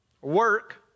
work